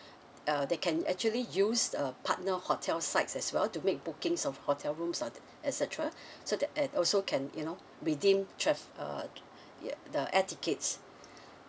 uh they can actually use a partner hotel sites as well to make bookings of hotel rooms or et cetera so that and also can you know redeem tra~ uh ya the air tickets